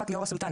הפרקליטות,